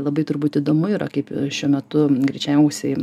labai turbūt įdomu yra kaip šiuo metu greičiausiai